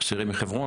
יש אסירים מחברון,